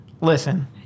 Listen